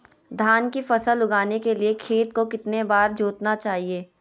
धान की फसल उगाने के लिए खेत को कितने बार जोतना चाइए?